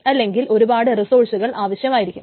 അല്ലെങ്കിൽ ഒരുപാട് റിസോഴ്സുകൾ ആവശ്യമായിവരും